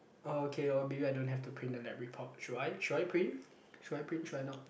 okay or maybe I don't have to print the lab report should I should I print should I print should I not